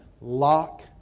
Lock